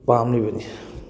ꯄꯥꯝꯂꯤꯕꯅꯤ